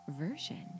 version